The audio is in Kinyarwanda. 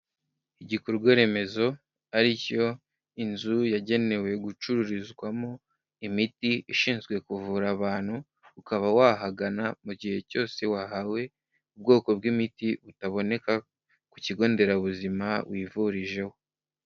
Igikorwaremezo ari cyo inzu yagenewe gucururizwamo imiti ishinzwe kuvura abantu, ukaba wahagana mu gihe cyose wahawe ubwoko bw'imiti butaboneka ku kigonderabuzima wivurijeho.